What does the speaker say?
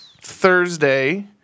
Thursday